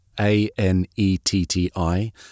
A-N-E-T-T-I